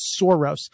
Soros